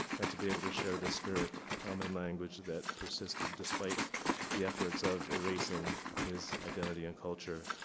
and to be able to share the spirit um and language that persisted despite the efforts of erasing his identity and culture,